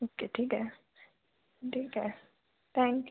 okay ठीक है ठीक है थैंक यू